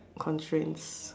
constraints